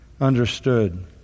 understood